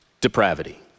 depravity